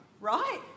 Right